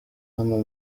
hano